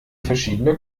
verschiedene